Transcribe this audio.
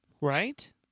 Right